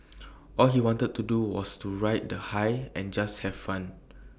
all he wanted to do was to ride the high and just have fun